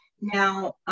Now